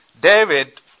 David